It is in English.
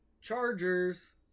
Chargers